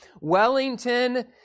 Wellington